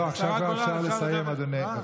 לא, עכשיו כבר אפשר לסיים, אדוני.